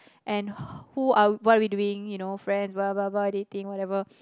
and who are what are we doing you know friends blah blah blah dating whatever